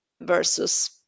versus